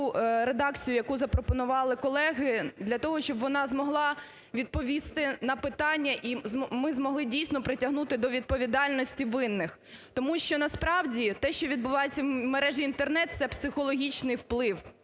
редакцію, яку запропонували колеги, для того, щоб вона змогла відповісти на питання і ми змогли дійсно притягнути до відповідальності винних. Тому що насправді те, що відбувається в мережі Інтернет, це психологічний вплив,